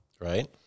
right